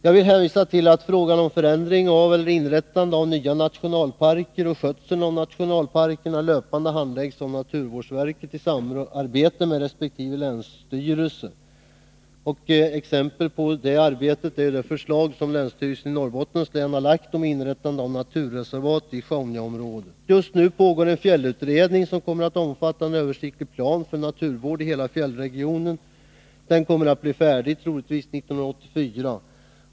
Jag vill hänvisa till att frågan om förändring av eller inrättande av nya nationalparker och om skötseln av nationalparker löpande handläggs av naturvårdsverket i samarbete med resp. länsstyrelse. Exempel på detta arbete är de förslag som länsstyrelsen i Norrbottens län lagt fram om inrättande av naturreservat i Sjaunjaområdet. Just nu pågår en fjällutredning, som kommer att omfatta en översiktlig plan för naturvård i hela fjällregionen. Denna utredning kommer troligen att bli färdig 1984.